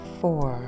four